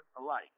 alike